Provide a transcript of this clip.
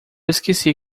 esqueci